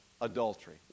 adultery